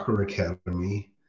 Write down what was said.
academy